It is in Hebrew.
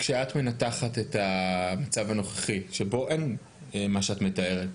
כשאת מנתחת את המצב הנוכחי שבו אין את מה שאת מתארת,